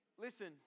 Listen